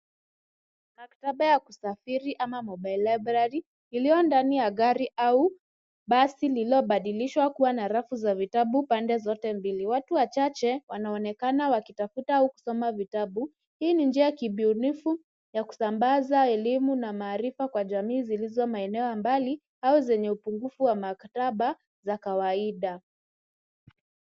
Maktaba ya kusafiri ama mobile library iliyo ndani ya gari au basi lililobadilishwa kuwa na rafu za vitabu pande zote mbili. Watu wachache wanaonekana wakitafuta au kusoma vitabu. Hii ni njia kibunifu ya kusambaza elimu na maarifa kwa jamii zilizo maeneo ya mbali au zenye upungufu wa maktaba za kawaida.